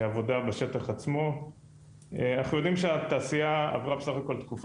אנחנו יודעים שהתעשייה עברה בסך הכול תקופת פריחה מדהימה בעשור האחרון,